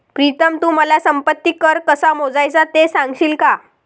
प्रीतम तू मला संपत्ती कर कसा मोजायचा ते सांगशील का?